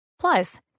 Plus